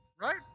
right